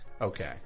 Okay